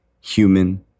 human